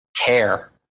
care